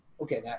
Okay